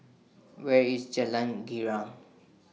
Where IS Jalan Girang